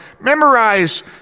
memorize